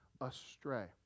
astray